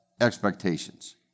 expectations